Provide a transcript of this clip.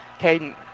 Caden